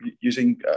using